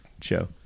show